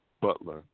Butler